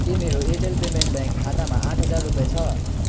के मेरो Airtel payments bank खातामा आठ हजार रुपियाँ छ